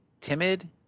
timid